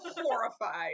horrified